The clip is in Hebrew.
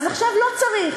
אז עכשיו לא צריך.